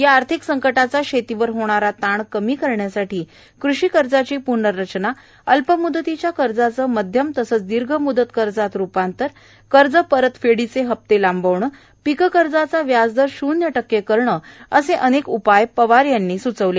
या आर्थिक संकटाचा शेतीवर होणारा ताण कमी करण्यासाठी कृषी कर्जाची प्नर्रचना अल्पमूदतीच्या कर्जाचं मध्यम तसंच दीर्घ मूदत कर्जात रुपांतर कर्ज परतफेडीचे हप्ते लांबवणं पीककर्जाचा व्याजदर शून्य टक्के करावा असे अनेक उपाय पवार यांनी स्चवले